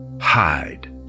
hide